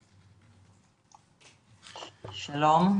שלום.